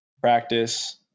practice